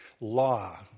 law